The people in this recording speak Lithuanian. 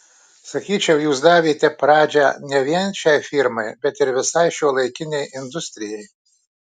sakyčiau jūs davėte pradžią ne vien šiai firmai bet ir visai šiuolaikinei industrijai